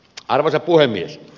arvoisa puhemies